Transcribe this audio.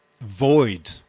void